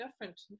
different